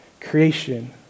Creation